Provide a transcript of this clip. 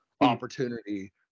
opportunity